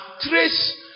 trace